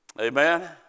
Amen